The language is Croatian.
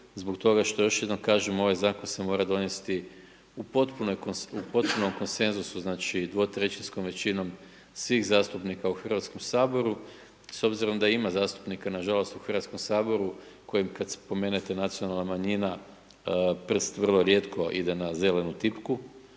zbog toga, što još jednom kažem, ovaj Zakon se mora donesti u potpunoj, u potpunom konsenzusu, znači 2/3 većinom svih zastupnika u Hrvatskom saboru, s obzirom da ima zastupnika nažalost u Hrvatskom saboru kojim kad spomenete nacionalna manjina, prst vrlo rijetko ide na zelenu tipku,